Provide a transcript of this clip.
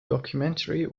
documentary